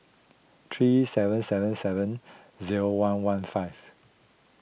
three seven seven seven zero one one five